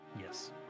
yes